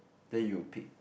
then you'll pick